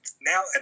Now